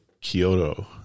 Kyoto